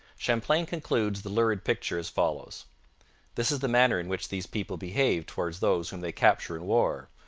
champlain concludes the lurid picture as follows this is the manner in which these people behave towards those whom they capture in war,